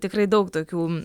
tikrai daug tokių